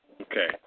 Okay